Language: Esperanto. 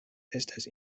estas